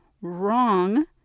wrong